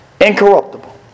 incorruptible